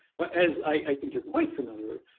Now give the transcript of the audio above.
but as i think you're quite familiar,